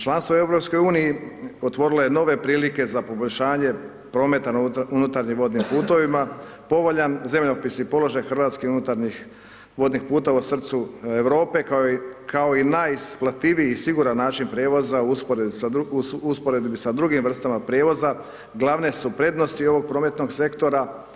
Članstvo u EU otvorilo je nove prilike za poboljšanje prometa na unutarnjim vodnim putovima, povoljan zemljopisni položaj Hrvatske i unutarnjih vodnih puteva u srcu Europe kao i najisplativiji i siguran način prijevoza u usporedbi sa drugim vrstama prijevoza glavne su prednosti ovog prometnog sektora.